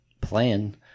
plan